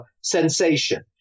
sensation